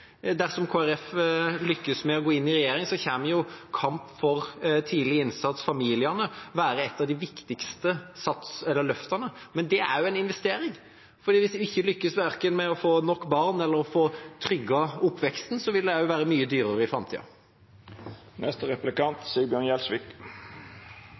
Dersom Kristelig Folkeparti lykkes med å gå inn i regjering, kommer kamp for tidlig innsats og for familiene til å være et av viktigste løftene. Det er jo en investering, for hvis vi ikke lykkes med verken å få nok barn eller å få trygget oppveksten, vil det være mye dyrere i framtida.